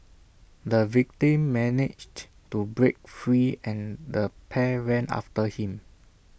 the victim managed to break free and the pair ran after him